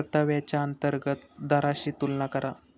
परताव्याच्या अंतर्गत दराशी तुलना करा